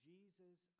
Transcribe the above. Jesus